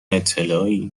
اطلاعی